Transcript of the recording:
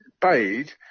paid